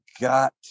got